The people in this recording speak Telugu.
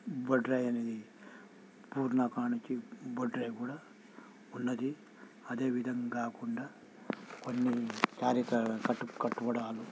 బొడ్రాయి అనేది పూర్ణ కానుంచి బొడ్రాయి కూడా ఉన్నది అదేవిధం కాకుండా కొన్ని కార్యాచరణ కట్టడాలు